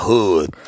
Hood